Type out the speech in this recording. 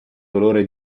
dolore